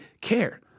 care